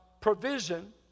provision